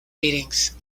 meetings